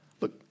Look